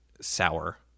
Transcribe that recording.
sour